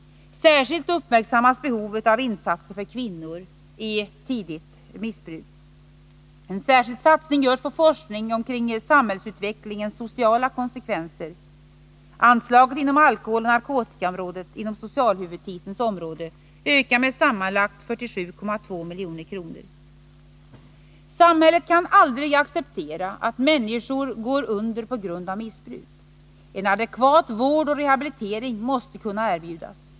Särskilt uppmärksammas behovet av insatser för kvinnor i tidigt missbruk. En särskild satsning görs på forskning omkring samhällsutvecklingens sociala konsekvenser. Anslaget inom alkoholoch narkotikaområdet, inom socialhuvudtitelns område, ökar med sammanlagt 47,2 milj.kr. Samhället kan aldrig acceptera att människor går under på grund av missbruk. En adekvat vård och rehabilitering måste kunna erbjudas.